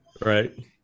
right